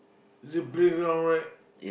it's a playground right